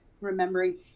remembering